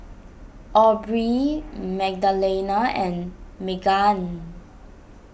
Aubrie Magdalena and Meggan